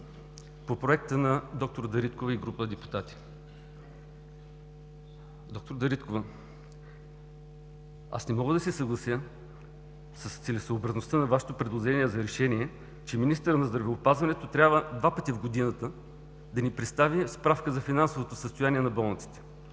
По проекта на доктор Дариткова и група депутати. Доктор Дариткова, аз не мога да се съглася с целесъобразността на Вашето предложение за решение, че министърът на здравеопазването трябва два пъти в годината да ни представя справка за финансовото състояние на болниците.